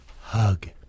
Hug